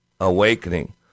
awakening